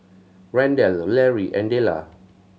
Randell Larry and Della